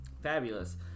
Fabulous